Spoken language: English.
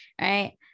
right